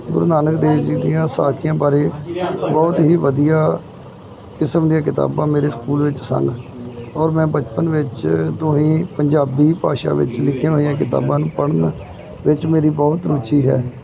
ਗੁਰੂ ਨਾਨਕ ਦੇਵ ਜੀ ਦੀਆਂ ਸਾਖੀਆਂ ਬਾਰੇ ਬਹੁਤ ਹੀ ਵਧੀਆ ਕਿਸਮ ਦੀਆਂ ਕਿਤਾਬਾਂ ਮੇਰੇ ਸਕੂਲ ਵਿੱਚ ਸਨ ਔਰ ਮੈਂ ਬਚਪਨ ਵਿੱਚ ਤੋਂ ਹੀ ਪੰਜਾਬੀ ਭਾਸ਼ਾ ਵਿੱਚ ਲਿਖੀਆਂ ਹੋਈਆਂ ਕਿਤਾਬਾਂ ਨੂੰ ਪੜ੍ਹਨ ਵਿੱਚ ਮੇਰੀ ਬਹੁਤ ਰੁਚੀ ਹੈ